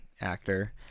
actor